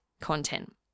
content